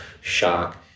shock